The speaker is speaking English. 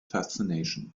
fascination